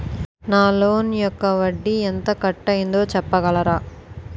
నా లోన్ యెక్క వడ్డీ ఎంత కట్ అయిందో చెప్పగలరా?